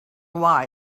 why